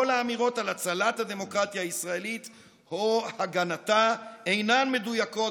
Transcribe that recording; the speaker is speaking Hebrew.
כל האמירות על הצלת הדמוקרטיה הישראלית או הגנתה אינן מדויקות,